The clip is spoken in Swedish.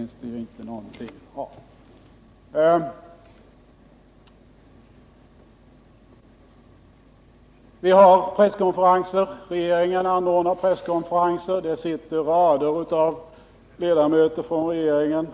Några sakliga skäl för den finns inte. Vid regeringens presskonferenser sitter det en rad ledamöter från regeringen,